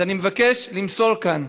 אז אני מבקש למסור כאן